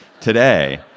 today